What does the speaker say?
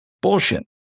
Bullshit